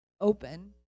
open